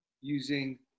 using